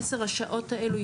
מעשר השעות האלו,